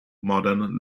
modern